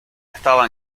estaba